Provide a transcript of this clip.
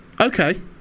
Okay